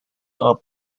are